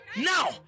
Now